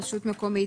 רשות מקומית,